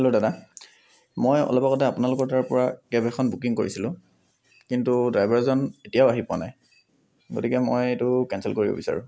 hello দাদা মই অলপ আগতে আপোনালোকৰ তাৰপৰা কেব এখন বুকিং কৰিছিলোঁ কিন্তু ডাইভাৰজন এতিয়াও আহি পোৱাহি নাই গতিকে মই এইটো কেনচেল কৰিব বিচাৰোঁ